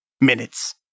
minutes